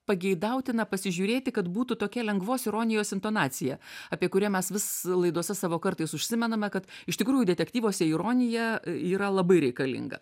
pageidautina pasižiūrėti kad būtų tokia lengvos ironijos intonacija apie kurią mes vis laidose savo kartais užsimename kad iš tikrųjų detektyvuose ironija yra labai reikalinga